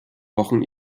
wochen